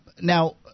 Now